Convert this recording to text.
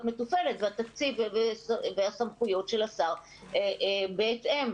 מטופלת: התקציב והסמכויות של השר בהתאם.